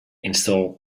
install